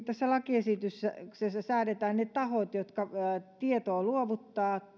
tässä lakiesityksessä säädetään ne tahot jotka tietoa luovuttavat